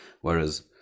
Whereas